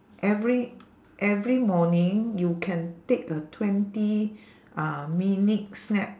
every every morning you can take a twenty uh minute snack